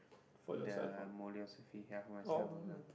the mole-osophy ya for myself also